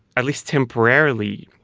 at least temporarily,